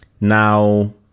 Now